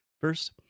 First